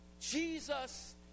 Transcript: Jesus